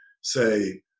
say